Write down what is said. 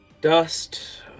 dust